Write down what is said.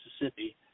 Mississippi